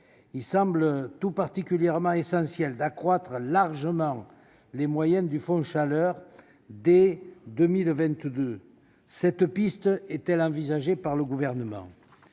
la chaleur : il semble essentiel d'accroître largement les moyens du fonds Chaleur dès 2022. Cette piste est-elle envisagée par le Gouvernement ?